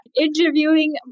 interviewing